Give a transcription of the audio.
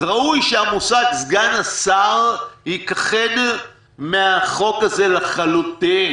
ראוי שהמושג "סגן השר" ייכחד מהחוק הזה לחלוטין.